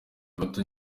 bato